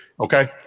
Okay